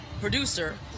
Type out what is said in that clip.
producer